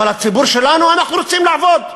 אבל הציבור שלנו, אנחנו רוצים לעבוד.